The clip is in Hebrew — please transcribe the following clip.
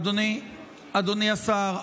אדוני השר,